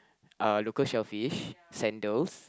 uh local shellfish sandals